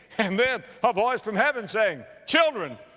and then a voice from heaven saying, children,